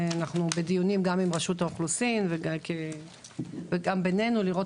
אנחנו בדיונים גם עם רשות האוכלוסין וגם בנינו לראות